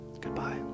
Goodbye